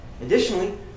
Additionally